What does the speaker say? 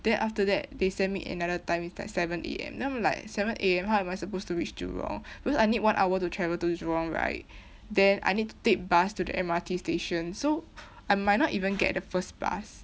then after that they sent me another time is like seven A_M then I'm like seven A_M how am I suppose to reach jurong because I need one hour to travel to jurong right then I need to take bus to the M_R_T station so I might not even get the first bus